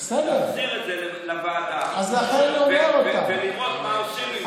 להחזיר את זה לוועדה ולראות מה עושים עם זה,